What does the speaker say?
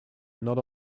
not